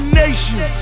nation